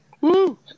Woo